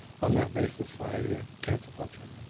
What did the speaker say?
on that basis, i can't support your.